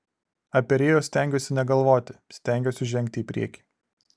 apie rio stengiuosi negalvoti stengiuosi žengti į priekį